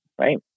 right